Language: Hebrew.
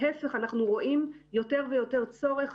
להפך, אנחנו רואים יותר ויותר צורך.